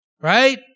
right